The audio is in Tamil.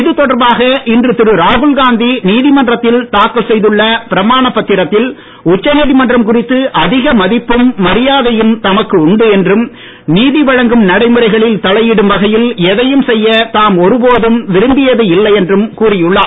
இது தொடர்பாக இன்று திரு ராகுல் காந்தி நீதிமன்றத்தில் தாக்கல் செய்துள்ள பிரமானப் பத்திரத்தில் உச்சநீதிமன்றம் குறித்து அதிக மதிப்பும் மரியாதையும் தமக்கு உண்டு என்றும் நீதி வழங்கும் நடைமுறைகளில் தலையீடும் வகையில் எதையும் செய்ய தாம் ஒரு போதும் விரும்பியது இல்லை என்றும் கூறியுள்ளார்